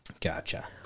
Gotcha